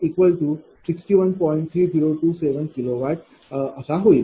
3027 kW अशी होईल